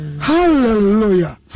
Hallelujah